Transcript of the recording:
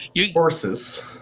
Horses